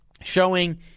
showing